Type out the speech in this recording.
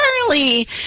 Charlie